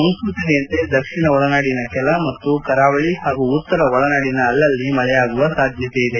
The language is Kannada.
ಮುನ್ಲೂಚನೆಯಂತೆ ದಕ್ಷಿಣ ಒಳನಾಡಿ ಕೆಲ ಮತ್ತು ಕರಾವಳಿ ಹಾಗೂ ಉತ್ತರ ಒಳನಾಡಿನ ಅಲ್ಲಲ್ಲಿ ಮಳೆಯಾಗುವ ಸಾಧ್ಯತೆ ಇದೆ